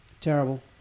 Terrible